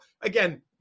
again